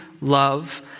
love